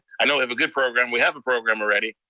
i know we have a good program, we have a program already,